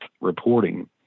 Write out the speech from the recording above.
reporting